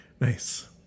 Nice